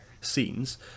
scenes